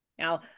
Now